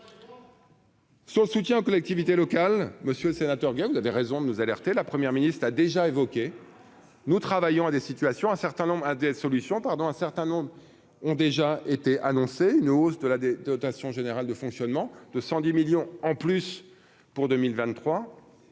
Son soutien aux collectivités locales, monsieur le sénateur, vous avez raison de nous alerter la première ministre a déjà évoqué, nous travaillons à des situations un certain nombre à des solutions, pardon, un certain nombre ont déjà été annoncé une hausse de la dotation générale de fonctionnement de 110 millions en plus pour 2023,